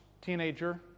teenager